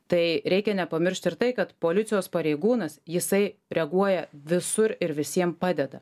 tai reikia nepamiršt ir tai kad policijos pareigūnas jisai reaguoja visur ir visiem padeda